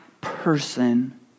person